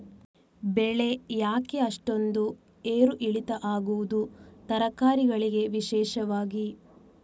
ಬೆಳೆ ಯಾಕೆ ಅಷ್ಟೊಂದು ಏರು ಇಳಿತ ಆಗುವುದು, ತರಕಾರಿ ಗಳಿಗೆ ವಿಶೇಷವಾಗಿ?